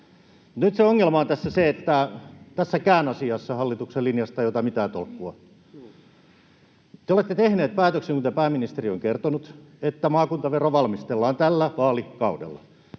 Nyt se ongelma on tässä se, että tässäkään asiassa hallituksen linjasta ei ota mitään tolkkua: Te olette tehneet päätöksen, kuten pääministeri on kertonut, että maakuntavero valmistellaan tällä vaalikaudella.